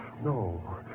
No